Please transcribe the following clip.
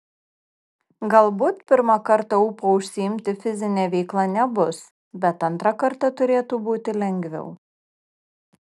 galbūt pirmą kartą ūpo užsiimti fizine veikla nebus bet antrą kartą turėtų būti lengviau